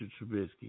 Trubisky